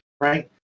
right